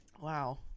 wow